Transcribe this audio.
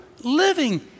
living